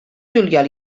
juliol